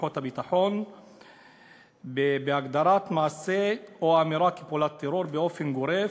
כוחות הביטחון בהגדרת מעשה או אמירה כפעולת טרור באופן גורף,